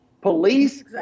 police